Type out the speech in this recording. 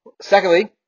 Secondly